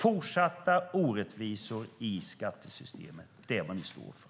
Fortsatta orättvisor i skattesystemet är vad ni står för.